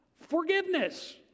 forgiveness